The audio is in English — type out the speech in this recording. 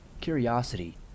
curiosity